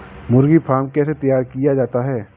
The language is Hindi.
मुर्गी फार्म कैसे तैयार किया जाता है?